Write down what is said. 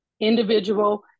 individual